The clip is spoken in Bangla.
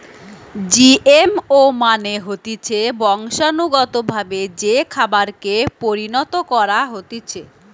জিএমও মানে হতিছে বংশানুগতভাবে যে খাবারকে পরিণত করা হতিছে